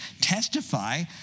testify